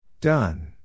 Done